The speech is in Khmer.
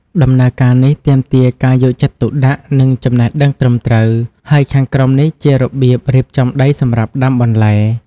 ដំណើរការនេះទាមទារការយកចិត្តទុកដាក់ និងចំណេះដឹងត្រឹមត្រូវ ហើយខាងក្រោមនេះជារបៀបរៀបចំដីសម្រាប់ដាំបន្លែ។